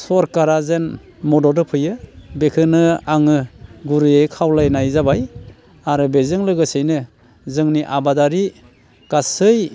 सोरखारा जेन मदद होफैयो बेखौनो आङो गुरैयै खावलायनाय जाबाय आरो बेजों लोगोसेयैनो जोंनि आबादारि गासै